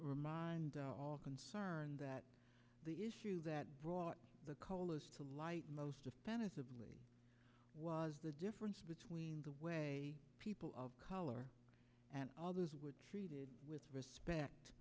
remind all concerned that the issue that brought the colors to light most was the difference between the way people of color and others were treated with respect